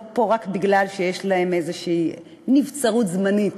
פה רק בגלל שיש להם איזושהי נבצרות זמנית,